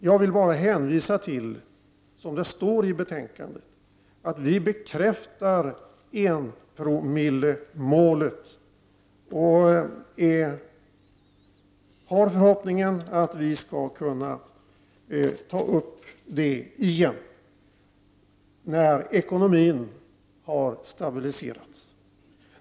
Jag vill bara hänvisa till att det står i betänkandet att vi bekräftar enpromillesmålet, och vi har förhoppningen att vi skall kunna ta upp det igen när ekonomin har stabiliserats.